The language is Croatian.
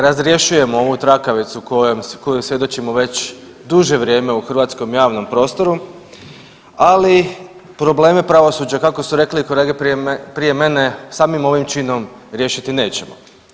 Razrješujemo ovu trakavicu koju svjedočimo već duže vrijeme u hrvatskom javnom prostoru, ali probleme pravosuđa, kako su rekli kolege prije mene, samim ovim činom, riješiti nećemo.